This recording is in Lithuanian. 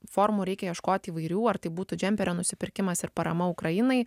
formų reikia ieškot įvairių ar tai būtų džemperio nusipirkimas ir parama ukrainai